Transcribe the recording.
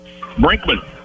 Brinkman